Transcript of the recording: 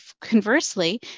conversely